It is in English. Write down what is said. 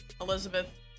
Elizabeth